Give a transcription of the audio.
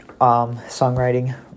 songwriting